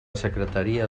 secretaria